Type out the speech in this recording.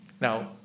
Now